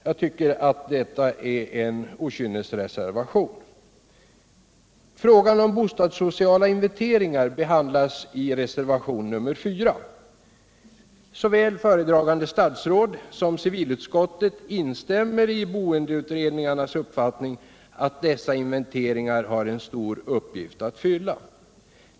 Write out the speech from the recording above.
Jag tycker att detta är en okynnesreservation. Frågan om bostadssociala inventeringar behandlas i reservationen 4. Såväl föredragande statsråd som civilutskottet instämmer i boendeutredningarnas uppfattning att dessa inventeringar har en stor uppgift att fylla.